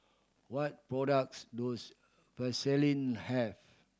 what products does Vaselin have